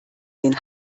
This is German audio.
den